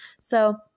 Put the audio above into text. So-